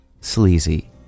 sleazy